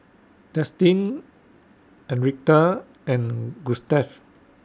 Destin Enriqueta and Gustaf